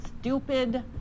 stupid